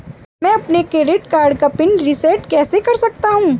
मैं अपने credit card का पिन रिसेट कैसे कर सकता हूँ?